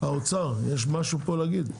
האוצר יכול להתייחס לזה?